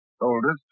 oldest